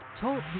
Talk